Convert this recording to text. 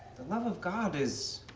love of god is,